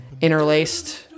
interlaced